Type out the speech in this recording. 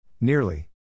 Nearly